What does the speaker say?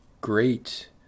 great